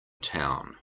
town